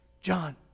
John